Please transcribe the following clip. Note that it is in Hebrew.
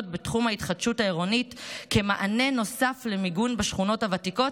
בתחום ההתחדשות העירונית כמענה נוסף למיגון בשכונות הוותיקות,